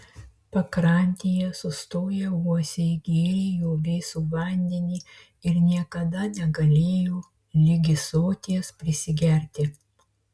pakrantėje sustoję uosiai gėrė jo vėsų vandenį ir niekada negalėjo ligi soties prisigerti